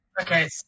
Okay